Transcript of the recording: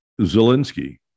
Zelensky